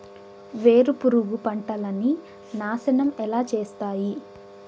వేరుపురుగు పంటలని నాశనం ఎలా చేస్తాయి?